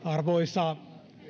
arvoisa